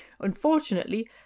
Unfortunately